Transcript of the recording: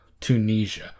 Tunisia